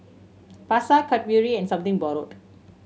Pasar Cadbury and Something Borrowed